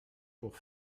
pour